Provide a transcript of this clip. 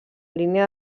línia